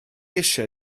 eisiau